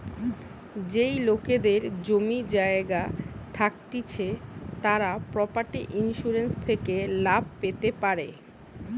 যেই লোকেদের জমি জায়গা থাকতিছে তারা প্রপার্টি ইন্সুরেন্স থেকে লাভ পেতে পারে